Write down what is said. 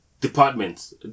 departments